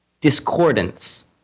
discordance